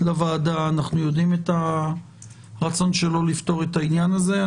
לוועדה כאן ואנחנו יודעים את הרצון שלו לפתור את העניין הזה.